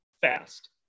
fast